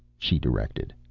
she directed.